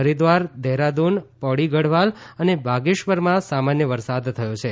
હરિદ્વાર દહેરાદૂન પૌડી ગઢવાલ અને બાગેશ્વરમાં સામાન્ય વરસાદ થયો છે